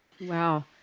Wow